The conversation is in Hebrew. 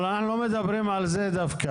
אבל אנחנו לא מדברים על זה דווקא.